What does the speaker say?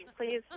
please